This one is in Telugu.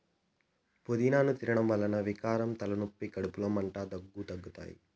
పూదినను తినడం వల్ల వికారం, తలనొప్పి, కడుపులో మంట, దగ్గు తగ్గుతాయి